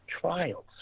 trials